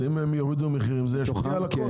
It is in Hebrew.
אז אם הם יורידו מחירים זה ישפיע על הכל.